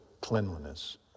cleanliness